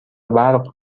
برق